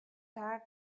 tag